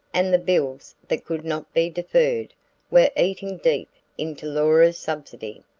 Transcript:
and the bills that could not be deferred, were eating deep into laura's subsidy.